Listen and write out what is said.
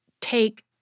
take